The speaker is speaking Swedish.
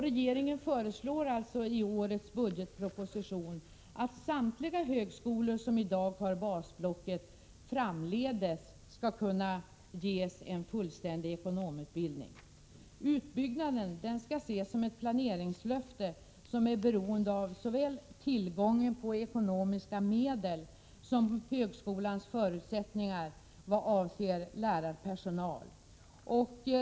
Regeringen föreslår alltså i årets budgetproposition, att samtliga högskolor som i dag har basblocket framdeles skall kunna ges en fullständig ekonomutbildning. Utbyggnaden skall ses som ett planeringslöfte som är beroende av såväl tillgången på ekonomiska medel som högskolans förutsättningar vad avser lärarpersonal.